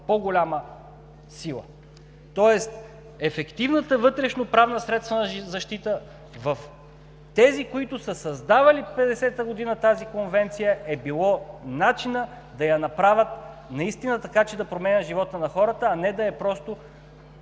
по-голяма сила. Тоест ефективните вътрешноправни средства за защита в тези, които са създавали в 1950 г. тази конвенция, е било начин да я направят наистина така, че да променя живота на хората, а не да е просто